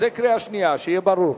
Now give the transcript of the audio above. זה קריאה שנייה, שיהיה ברור.